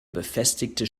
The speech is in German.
befestigte